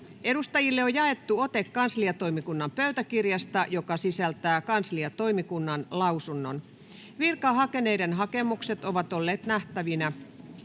Edustajille on jaettu ote kansliatoimikunnan pöytäkirjasta, joka sisältää kansliatoimikunnan lausunnon. Virkaa hakeneiden hakemukset ovat olleet nähtävinä